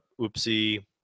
oopsie